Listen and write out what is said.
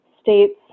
states